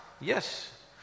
Yes